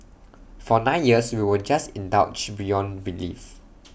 for nine years we were just indulged beyond belief